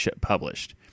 published